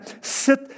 sit